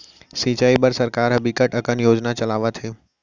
सिंचई बर सरकार ह बिकट अकन योजना चलावत हे